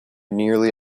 nearly